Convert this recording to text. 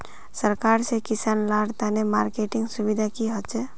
सरकार से किसान लार तने मार्केटिंग सुविधा की होचे?